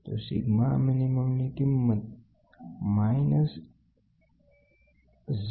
તો સિગ્મા લઘુતમ ની કિંમત 0